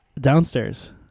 downstairs